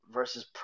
Versus